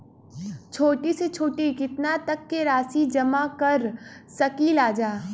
छोटी से छोटी कितना तक के राशि जमा कर सकीलाजा?